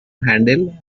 handle